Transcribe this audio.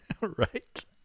right